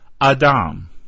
Adam